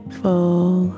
full